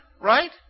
right